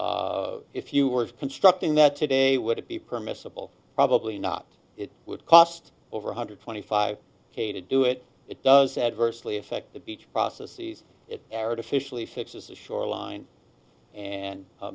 if you were constructing that today would it be permissible probably not it would cost over one hundred twenty five k to do it it does adversely affect the beach processes it errored officially fixes the shoreline and